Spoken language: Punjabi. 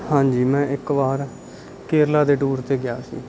ਹਾਂਜੀ ਮੈਂ ਇੱਕ ਵਾਰ ਕੇਰਲਾ ਦੇ ਟੂਰ 'ਤੇ ਗਿਆ ਸੀ